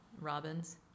Robins